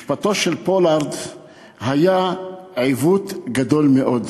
משפטו של פולארד היה עיוות גדול מאוד.